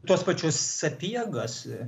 tuos pačius sapiegas